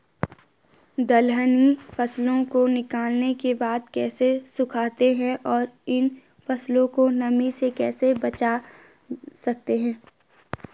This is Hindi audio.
दलहनी फसलों को निकालने के बाद कैसे सुखाते हैं और इन फसलों को नमी से कैसे बचा सकते हैं?